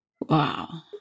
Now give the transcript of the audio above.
Wow